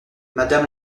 madame